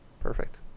Perfect